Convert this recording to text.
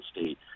state